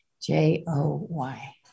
J-O-Y